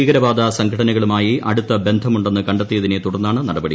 ഭീകരവാദ സംഘനകളുമായി അടു്ത്ത ബന്ധമുണ്ടെന്ന് കണ്ടെത്തിയതിനെ തുടർന്നാണ് നടപടി